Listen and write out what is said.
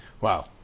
wow